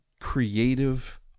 creative